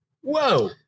Whoa